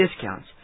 discounts